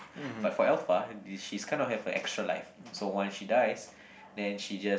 but for Alpha she'S kind of have a extra life so when she dies then she just